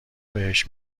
بهش